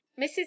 Mrs